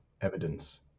evidence